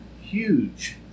huge